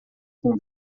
com